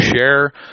share